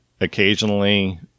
Occasionally